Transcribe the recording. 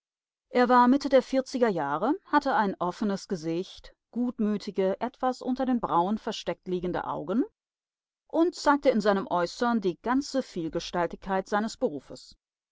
er war mitte der vierziger jahre hatte ein offenes gesicht gutmütige etwas unter den brauen versteckt liegende augen und zeigte in seinem äußern die ganze vielgestaltigkeit seines berufes